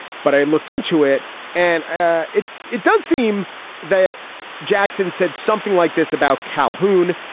but i looked into it and ah it it does seem that jackson said something like this about calhoun.